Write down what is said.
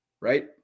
right